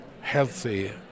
healthy